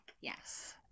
Yes